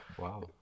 Wow